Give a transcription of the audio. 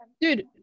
Dude